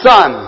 Son